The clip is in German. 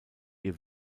ihr